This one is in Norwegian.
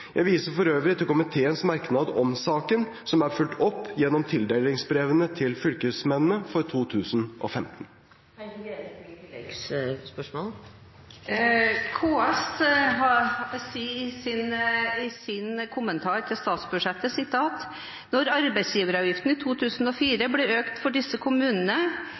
Jeg viser for øvrig til komiteens merknad om saken, som er fulgt opp gjennom tildelingsbrevene til fylkesmennene for 2015. KS sier i sin kommentar til statsbudsjettet: «Når arbeidsgiveravgiftene i 2004 ble økt for disse kommunene